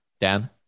Dan